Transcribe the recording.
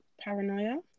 paranoia